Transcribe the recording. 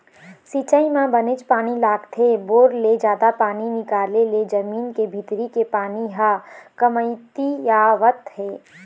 सिंचई म बनेच पानी लागथे, बोर ले जादा पानी निकाले ले जमीन के भीतरी के पानी ह कमतियावत हे